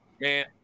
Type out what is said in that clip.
man